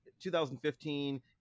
2015